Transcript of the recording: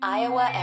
Iowa